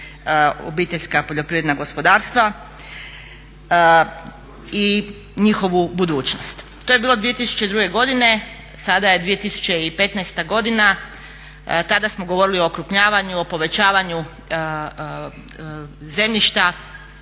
obiteljska poljoprivredna gospodarstva i njihovu budućnost. To je bilo 2002. godine, sada je 2015. godina. Tada smo govorili o okrupnjavanju, o povećavanju zemljišta.